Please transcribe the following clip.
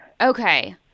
okay